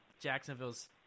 Jacksonville's